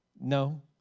No